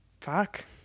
Fuck